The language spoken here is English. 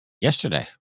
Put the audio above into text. yesterday